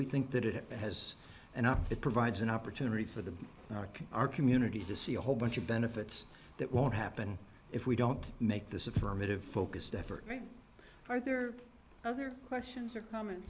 we think that it has and it provides an opportunity for the our community to see a whole bunch of benefits that won't happen if we don't make this affirmative focused effort are there other questions are com